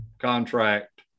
contract